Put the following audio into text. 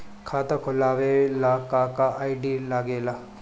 खाता खोलवावे ला का का आई.डी लागेला?